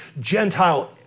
Gentile